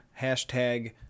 hashtag